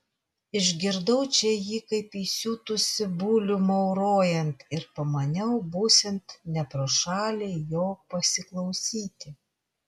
išgirdau čia jį kaip įsiutusį bulių maurojant ir pamaniau būsiant ne pro šalį jo pasiklausyti